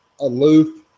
aloof